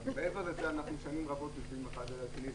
מעבר לזה, שנים רבות אנחנו יושבים אחד ליד השני.